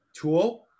Tool